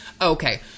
Okay